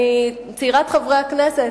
אני צעירת חברי הכנסת,